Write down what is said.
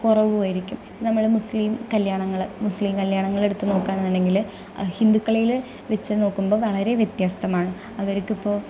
കുറവുമായിരിക്കും നമ്മുടെ മുസ്ലിം കല്യാണങ്ങൾ മുസ്ലിം കല്യാണങ്ങൾ എടുത്തു നോക്കുക ആണെന്നുണ്ടെങ്കിൽ അ ഹിന്ദുക്കളേതിൽ വച്ച് നോക്കുമ്പോൾ വളരേ വ്യത്യസ്തമാണ് അവർക്ക് ഇപ്പോൾ